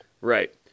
Right